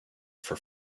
for